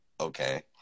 okay